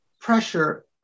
pressure